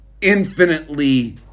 infinitely